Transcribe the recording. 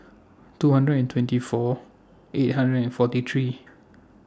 two hundred and twenty four eight hundred and forty three